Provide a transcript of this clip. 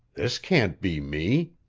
this can't be me!